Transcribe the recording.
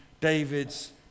David's